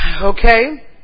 Okay